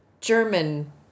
German